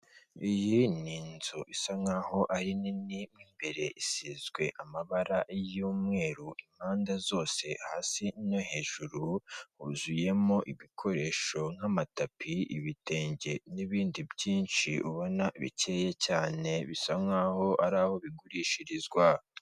Iyi ni inzu isa nk'aho ari nini mo imbere isizwe amabara y'umweru impande zose, hasi no hejuru huzuyemo ibikoresho nk'amatapi, ibitenge n'ibindi byinshi ubona bikeye cyane, bisa nk'aho ari aho bigurishirizwa.